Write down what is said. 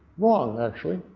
wrong actually